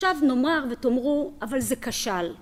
עכשיו נאמר ותאמרו "אבל זה כשל".